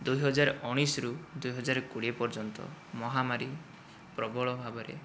ଦୁଇ ହଜାର ଉଣେଇଶରୁ ଦୁଇ ହଜାର କୋଡ଼ିଏ ପର୍ଯ୍ୟନ୍ତ ମହାମାରୀ ପ୍ରବଳ ଭାବରେ